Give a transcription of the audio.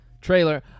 trailer